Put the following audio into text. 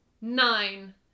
nine